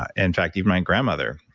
and fact, even my grandmother,